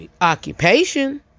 occupation